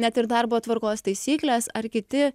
net ir darbo tvarkos taisyklės ar kiti